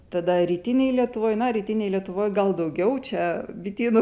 tada rytinėj lietuvoj na rytinėj lietuvoj gal daugiau čia bitynų